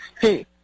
hey